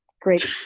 great